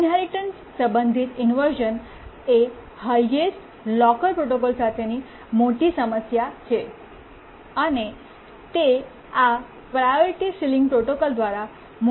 inheritance સંબંધિત inversion એ highest locker protocol સાથેની મોટી સમસ્યા છે અને તે આ પ્રાયોરિટી સીલીંગ પ્રોટોકોલ દ્વારા મોટા પ્રમાણમાં ઘટાડવામાં આવે છે